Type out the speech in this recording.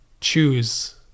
choose